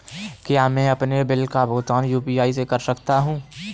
क्या मैं अपने बिल का भुगतान यू.पी.आई से कर सकता हूँ?